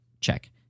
check